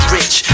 Rich